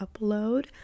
upload